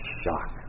shock